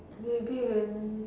maybe and